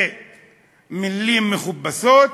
במילים מכובסות,